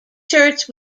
church